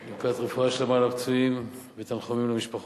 נשלח ברכת רפואה שלמה לפצועים ותנחומים למשפחות.